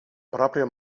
proprio